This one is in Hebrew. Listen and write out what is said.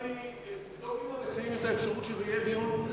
אני הצעתי לציין את האפשרות שזה יהיה דיון,